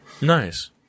Nice